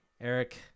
Eric